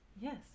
Yes